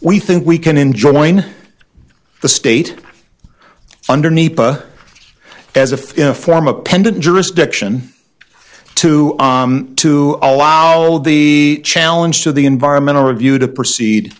we think we can enjoin the state underneath as if in a form a pendant jurisdiction to to allow the challenge to the environmental review to proceed